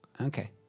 Okay